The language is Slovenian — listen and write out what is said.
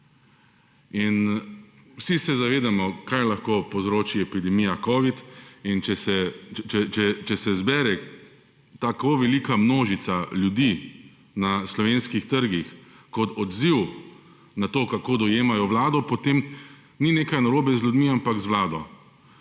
Vsi se zavedamo, kaj lahko povzroči epidemija covida, in če se zbere tako velika množica ljudi na slovenskih trgih kot odziv na to, kako dojemajo vlado, potem ni nekaj narobe z ljudmi, ampak z vlado.